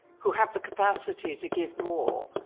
who have the capacity to give more,